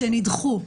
שנידחו?